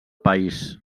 país